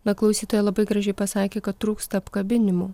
va klausytoja labai gražiai pasakė kad trūksta apkabinimų